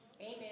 Amen